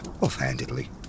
offhandedly